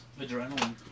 Adrenaline